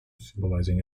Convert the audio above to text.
symbolizing